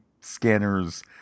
scanners